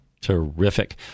Terrific